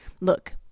Look